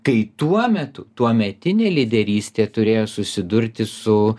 kai tuo metu tuometinė lyderystė turėjo susidurti su